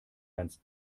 ganz